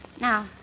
Now